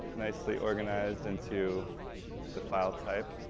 nicely organized into the file type.